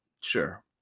sure